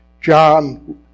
John